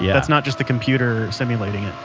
yeah that's not just the computer simulating it?